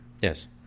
Yes